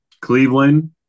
Cleveland